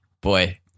Boy